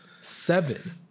Seven